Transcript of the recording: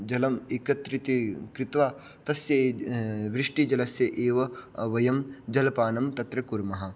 जलम् एकत्रिते कृत्वा तस्य वृष्टिजलस्य एव वयं जलपानं तत्र कुर्मः